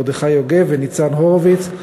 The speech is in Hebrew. מרדכי יוגב וניצן הורוביץ.